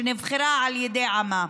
שנבחרה על ידי עמה.